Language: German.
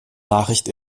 nachricht